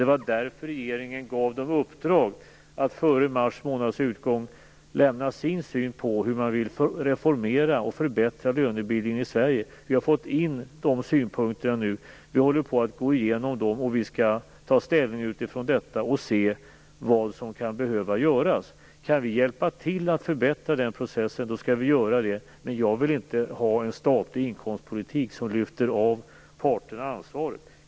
Det var därför regeringen gav dem i uppdrag att före mars månads utgång lämna sin syn på hur man vill reformera och förbättra lönebildningen i Sverige. Vi har nu fått in dessa synpunkter och håller på att gå igenom dem. Vi skall ta ställning utifrån dessa och se vad som kan behöva göras. Kan vi hjälpa till att förbättra processen, skall vi göra det. Men jag vill inte ha en statlig inkomstpolitik som lyfter av parterna ansvaret.